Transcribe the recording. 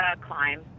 climb